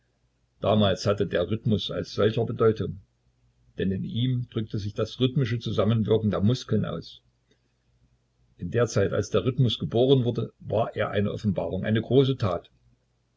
damals hatte der rhythmus als solcher bedeutung denn in ihm drückte sich das rhythmische zusammenwirken der muskeln aus in der zeit als der rhythmus geboren wurde war er eine offenbarung eine große tat